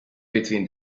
between